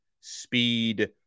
speed